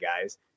guys